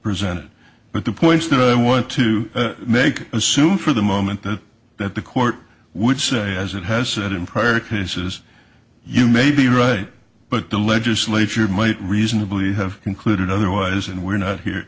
presented but the points that i want to make assume for the moment that that the court would say as it has that in prior cases you may be right but the legislature might reasonably have concluded otherwise and we're not here